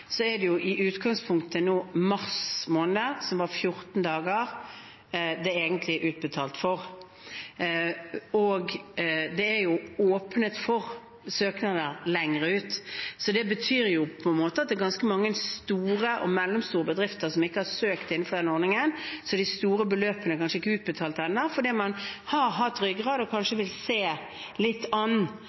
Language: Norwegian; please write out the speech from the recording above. er det fra kontantstøtteordningen i utgangspunktet 14 dager i mars måned det egentlig er utbetalt for. Men det er åpnet for søknader lenger ut. Det betyr at det er ganske mange store og mellomstore bedrifter som ikke har søkt innenfor den ordningen, så de store beløpene er kanskje ikke utbetalt ennå fordi man har hatt ryggrad og kanskje vil se litt an